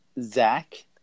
Zach